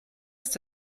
ist